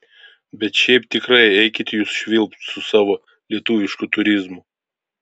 bet šiaip tikrai eikit jūs švilpt su savo lietuvišku turizmu